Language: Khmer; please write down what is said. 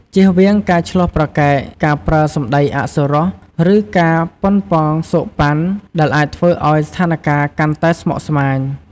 ជៀសវាងការឈ្លោះប្រកែក ការប្រើសម្ដីអសុរោះ ឬការប៉ុនប៉ងស៊កប៉ាន់ ដែលអាចធ្វើឲ្យស្ថានការណ៍កាន់តែស្មុគស្មាញ។